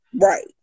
right